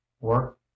work